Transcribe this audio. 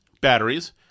batteries